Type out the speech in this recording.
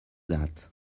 that